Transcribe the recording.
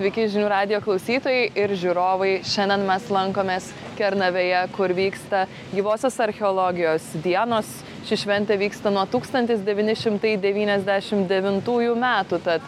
sveiki žinių radijo klausytojai ir žiūrovai šiandien mes lankomės kernavėje kur vyksta gyvosios archeologijos dienos ši šventė vyksta nuo tūkstantis devyni šimtai devyniasdešim devintųjų metų tad